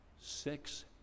six